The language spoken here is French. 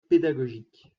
pédagogique